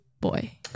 Boy